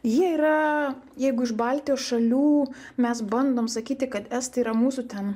jie yra jeigu iš baltijos šalių mes bandom sakyti kad estai yra mūsų ten